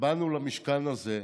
באנו למשכן הזה,